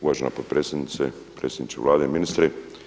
Uvažena potpredsjednice, predsjedniče Vlade, ministri.